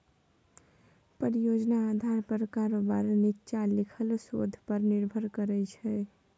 परियोजना आधार पर कारोबार नीच्चां लिखल शोध पर निर्भर करै छै